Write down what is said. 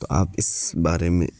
تو آپ اس بارے میں